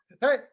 Hey